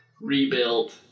rebuilt